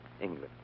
England